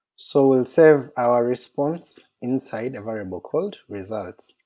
so we'll save our response inside a variable called results.